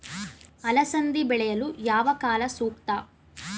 ಅಲಸಂದಿ ಬೆಳೆಯಲು ಯಾವ ಕಾಲ ಸೂಕ್ತ?